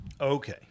okay